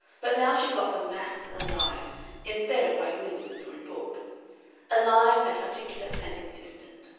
but now she got them massed and alive, instead of by glimpses or in books alive and articulate and insistent.